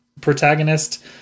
protagonist